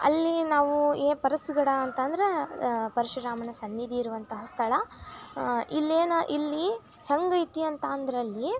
ಅಲ್ಲಿ ನಾವು ಈ ಪರಸ್ಗಡ ಅಂತ ಅಂದರೆ ಪರಶುರಾಮನ ಸನ್ನಿಧಿ ಇರುವಂತಹ ಸ್ಥಳ ಇಲ್ಲೇನು ಇಲ್ಲಿ ಹೇಗೈತೆ ಅಂತ ಅಂದರೆ ಅಲ್ಲಿ